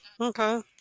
Okay